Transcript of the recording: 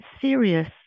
serious